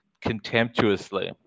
contemptuously